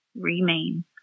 remain